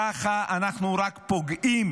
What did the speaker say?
ככה אנחנו רק פוגעים